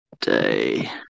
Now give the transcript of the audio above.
Day